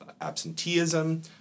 absenteeism